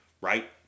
right